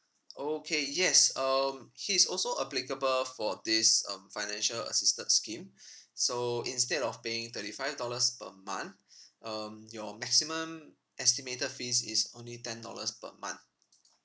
okay yes um he is also applicable for this um financial assistance scheme so instead of paying thirty five dollars per month um your maximum estimated fees is only ten dollars per month